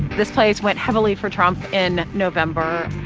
this place went heavily for trump in november.